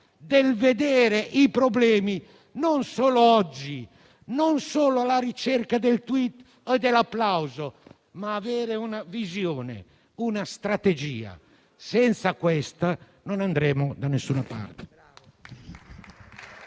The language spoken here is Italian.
considerino i problemi non solo oggi, non solo alla ricerca del *tweet* o dell'applauso, ma con una visione e una strategia. Senza di questo, non andremo da nessuna parte.